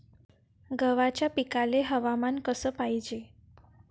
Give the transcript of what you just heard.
गव्हाच्या पिकाले हवामान कस पायजे?